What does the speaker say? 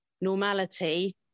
normality